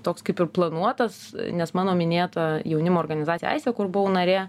toks kaip ir planuotas nes mano minėta jaunimo organizacija aisek kur buvau narė